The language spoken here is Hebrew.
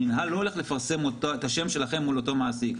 המינהל לא הולך לפרסם את שמכם מול אותו מעסיק,